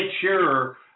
sure